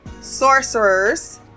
sorcerers